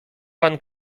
pan